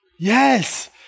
Yes